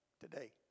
today